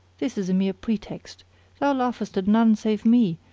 this is a mere pretext thou laughest at none save me,